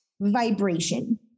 vibration